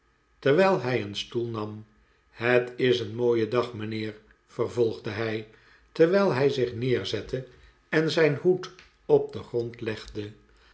terwijl hij een stoel nam het is een mooie dag mijnheer vervolgde hij terwijl hij zich neerzette en zijn hoed op den grond legde